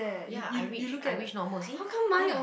ya I reach I reach normal see ya